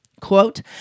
Quote